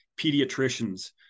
pediatricians